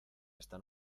esta